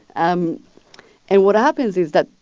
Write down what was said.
um and what happens is that,